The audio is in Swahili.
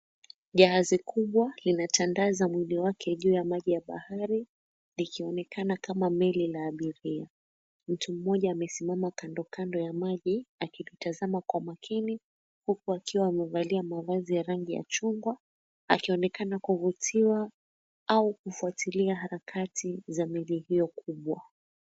Jahazi Kubwa limetandaza mwili wake juu ya maji ya bahari ikionekana kama meli linaabiria. Mtu mmoja amesimama kando kando ya maji akitazama Kwa umakini huku akiwa amevalia mavazi ya rangi ya chungwa akionekana kuvutiwa au kufuatilia harakati za meli hiyo kubwa.